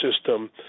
system